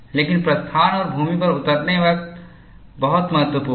लेकिन प्रस्थान और भूमि पर उतरते वक्त बहुत महत्वपूर्ण हैं